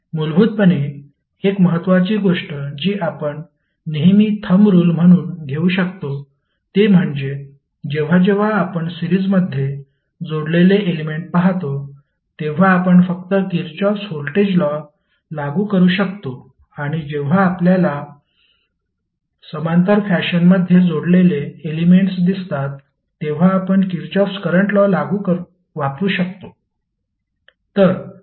मूलभूतपणे एक महत्वाची गोष्ट जी आपण नेहमी थंब रुल म्हणून घेऊ शकतो ते म्हणजे जेव्हा जेव्हा आपण सिरीजमध्ये जोडलेले एलेमेंट पाहतो तेव्हा आपण फक्त किरचॉफ व्होल्टेज लॉ लागू करू शकतो आणि जेव्हा आपल्याला समांतर फॅशनमध्ये जोडलेले एलेमेंट्स दिसतात तेव्हा आपण किरचॉफ करंट लॉ वापरू शकतो